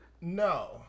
No